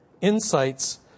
Insights